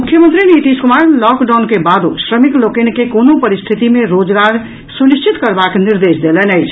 मुख्यमंत्री नीतीश कुमार लॉकडाउन के बादो श्रमिक लोकनि के कोनो परिस्थिति मे रोजगार सुनिश्चित करबाक निर्देश देलनि अछि